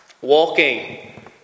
walking